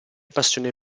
passione